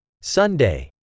Sunday